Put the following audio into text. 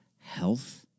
health